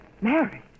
Married